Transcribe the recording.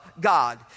God